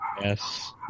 Yes